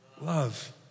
Love